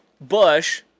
Bush